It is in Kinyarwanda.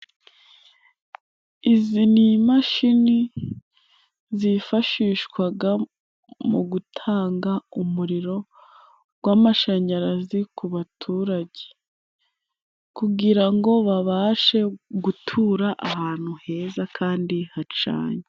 Izi ni imashini zifashishwaga mu gutanga umuriro gw'amashanyarazi ku baturage kugira ngo babashe gutura ahantu heza kandi hacanye.